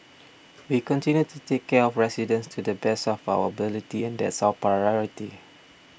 we continue to take care of residents to the best of our ability and that's our priority